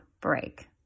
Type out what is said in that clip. break